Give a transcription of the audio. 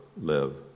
live